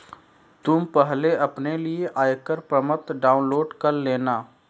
तुम पहले अपने लिए आयकर प्रपत्र डाउनलोड कर लेना